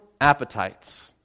appetites